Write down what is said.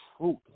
truth